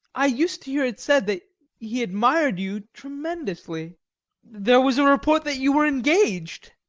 i used to hear it said that he admired you tremendously there was a report that you were engaged.